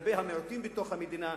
גם כלפי המיעוטים בתוך המדינה,